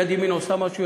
יד ימין עושה משהו,